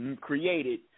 created